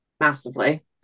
massively